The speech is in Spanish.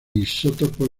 isótopos